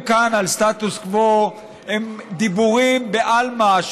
כאן על סטטוס קוו הם דיבורים בעלמא,